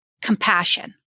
compassion